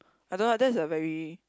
I don't know ah that's a very